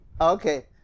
okay